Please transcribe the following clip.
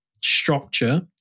structure